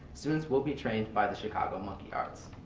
students will be trained by the chicago monkey arts.